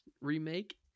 remake